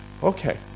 Okay